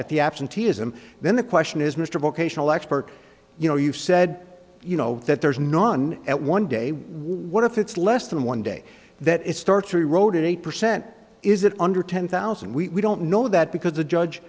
at the absenteeism then the question is mr vocational expert you know you've said you know that there is non that one day what if it's less than one day that it starts the road at eight percent is it under ten thousand we don't know that because the judge